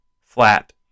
flat